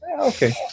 Okay